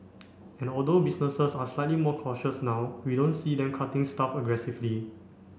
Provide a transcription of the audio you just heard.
and although businesses are slightly more cautious now we don't see them cutting staff aggressively